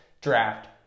draft